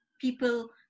people